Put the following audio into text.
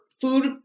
food